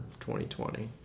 2020